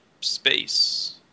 space